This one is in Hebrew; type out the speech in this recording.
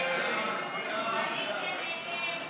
ההסתייגות (236)